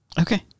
Okay